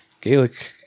Gaelic